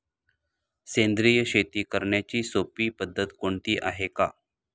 सेंद्रिय शेती करण्याची सोपी पद्धत कोणती आहे का?